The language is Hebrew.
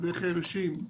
חירשים,